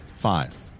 Five